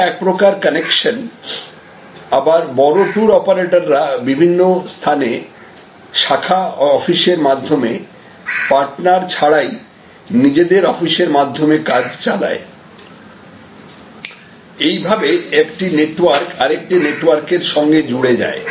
এটা এক প্রকার কানেকশন আবার বড় ট্যুর অপারেটররা বিভিন্ন স্থানে শাখা অফিসের মাধ্যমে পার্টনার ছাড়াই নিজেদের অফিসের মাধ্যমে কাজ চালায় এইভাবে একটি নেটওয়ার্ক আরেকটি নেটওয়ার্কের সঙ্গে জুড়ে যায়